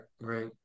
right